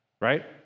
right